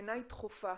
בעיניי דחופה.